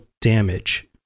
damage